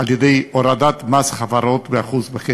על-ידי הורדת מס חברות ב-1.5%.